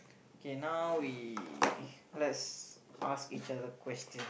okay now we let's ask each other question